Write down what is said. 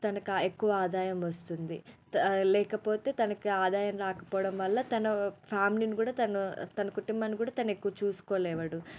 తనకా ఎక్కువ ఆదాయం వస్తుంది తా లేకపోతే తనకి ఆదాయం రాకపోవడం వల్ల తన ఫ్యామిలీని కూడా తను తన కుటుంబాన్ని కూడా తను ఎక్కువ చూసుకోలేడు